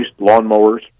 lawnmowers